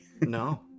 No